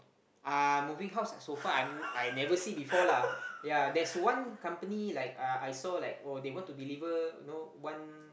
uh moving house like sofa I never see before lah ya there's one company like uh I saw like oh they want to deliver you know one